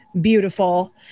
beautiful